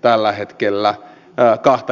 tällä hetkellä laajasti kahta kriteeriä